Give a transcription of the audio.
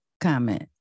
comment